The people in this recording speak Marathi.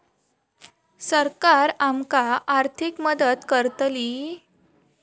सरकार आमका आर्थिक मदत करतली?